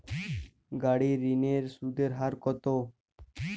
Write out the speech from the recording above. গাড়ির ঋণের সুদের হার কতো?